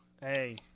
Hey